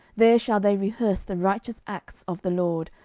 there shall they rehearse the righteous acts of the lord,